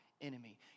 enemy